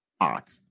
art